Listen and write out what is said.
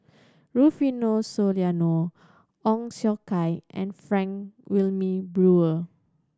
Rufino Soliano Ong Siong Kai and Frank Wilmin Brewer